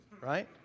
right